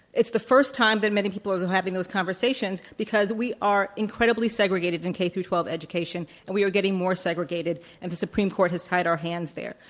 it's the first time that many people are having those conversations because we are incredibly segregated in k through twelve education and we are getting more segregated and the supreme court has tied our hands there.